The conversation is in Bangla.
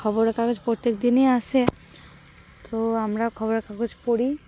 খবরের কাগজ প্রত্যেক দিনই আসে তো আমরা খবরের কাগজ পড়ি